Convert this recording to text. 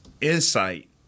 insight